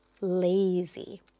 lazy